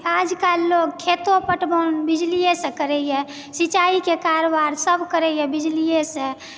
आजकल लोग खेतो पटवन बिजलीयेसऽ करैए सिञ्चाइके कारबार सब करैए बिजलीयेसऽ